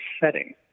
setting